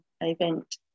event